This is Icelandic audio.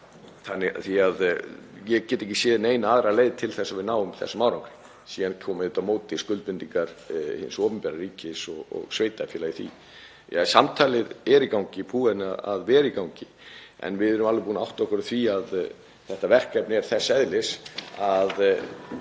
áætlun. Ég get ekki séð neina aðra leið til að við náum þessum árangri. Síðan koma auðvitað á móti skuldbindingar hins opinbera, ríkis og sveitarfélaga, í því. Samtalið er í gangi og er búið að vera í gangi en við erum alveg búin að átta okkur á því að þetta verkefni er þess eðlis